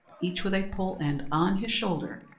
each with a pole-end on his shoulder,